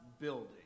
building